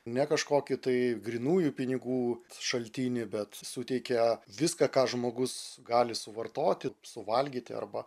ne kažkokį tai grynųjų pinigų šaltinį bet suteikia viską ką žmogus gali suvartoti suvalgyti arba